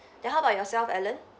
then how about yourself alan